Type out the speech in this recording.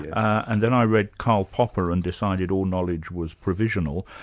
and then i read karl popper and decided all knowledge was provisional,